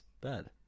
bad